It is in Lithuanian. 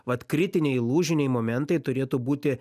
vat kritiniai lūžiniai momentai turėtų būti